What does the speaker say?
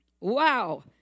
Wow